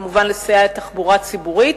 וכמובן לסייע בתחבורה ציבורית.